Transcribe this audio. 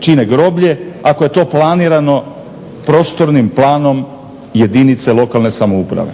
čine groblje ako je to planirano prostornim planom jedinice lokalne samouprave.